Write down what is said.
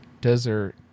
desert